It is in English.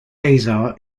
besar